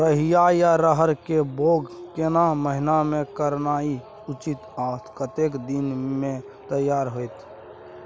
रहरि या रहर के बौग केना महीना में करनाई उचित आ कतेक दिन में तैयार होतय?